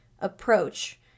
approach